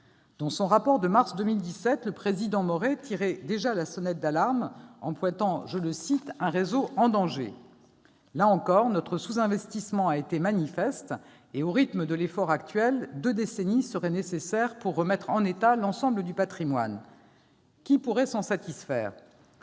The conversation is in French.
Dans son rapport de mars 2017, le président Hervé Maurey tirait déjà la sonnette d'alarme en dénonçant « un réseau en danger ». Là encore, notre sous-investissement a été manifeste et, au rythme de l'effort actuel, deux décennies seraient nécessaires pour remettre en état l'ensemble du patrimoine. Qui pourrait s'en satisfaire ?